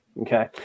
okay